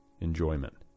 enjoyment